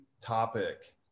topic